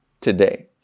today